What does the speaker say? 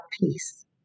peace